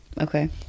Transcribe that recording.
Okay